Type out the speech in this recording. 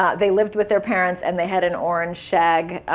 ah they lived with their parents and they had an orange shag